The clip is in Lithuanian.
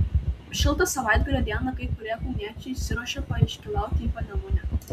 šiltą savaitgalio dieną kai kurie kauniečiai išsiruošė paiškylauti į panemunę